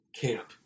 Camp